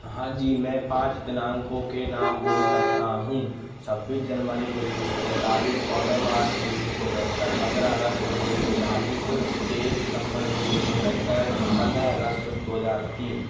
हाँ जी मैं पाँच दिनांकों के नाम बोल सकता हूँ छब्बीस जनवरी उन्नीस सौ सैंतालीस चौदह मार्च उन्नीस सौ बहत्तर पंद्रह अगस्त उन्नीस सौ बयालीस तेईस दिसम्बर उन्नीस सौ बहत्तर पंद्रह अगस्त दो हज़ार तीन